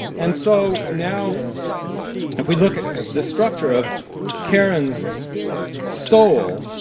and so now if we look at the structure of karen's soul,